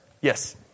Yes